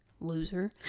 loser